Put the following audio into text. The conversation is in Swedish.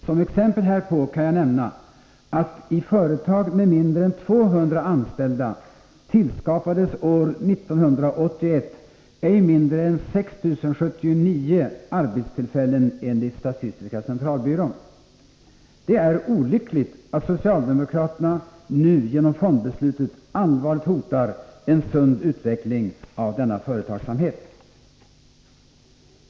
Som exempel härpå kan jag nämna att i företag med mindre än 200 anställda tillskapades år 1981 ej mindre än 6 079 arbetstillfällen enligt statistiska centralbyrån. Det är olyckligt att socialdemokraterna nu genom fondbeslutet allvarligt hotar en sund utveckling av denna företagsamhet.